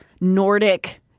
Nordic